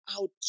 out